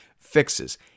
fixes